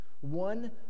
One